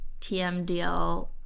tmdl